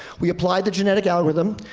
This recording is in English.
we applied the genetic algorithm.